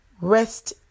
rest